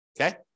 Okay